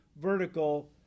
vertical